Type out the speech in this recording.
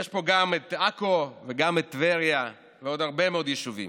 ויש פה גם עכו וגם טבריה ועוד הרבה מאוד יישובים,